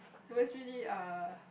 it was really err